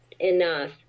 enough